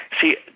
see